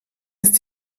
ist